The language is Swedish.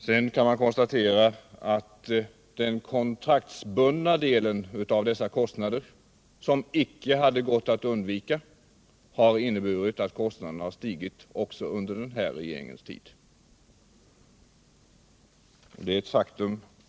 Sedan kan man konstatera att den kontraktsbundna delen av dessa kostnader, som inte hade gått att undvika, har inneburit att kostnaderna stigit också under den här regeringens tid.